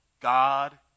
God